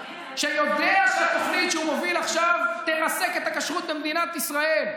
שיודע שהתוכנית שהוא מוביל עכשיו תרסק את הכשרות במדינת ישראל.